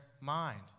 mind